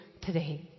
today